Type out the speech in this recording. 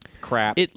crap